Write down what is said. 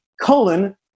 colon